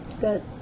Good